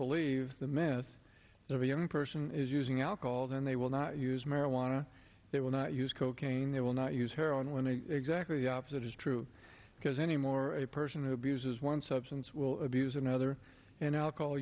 believe the mess of a young person is using alcohol then they will not use marijuana they will not use cocaine they will not use heroin when exactly the opposite is true because any more a person who abuses one substance will abuse another and alcohol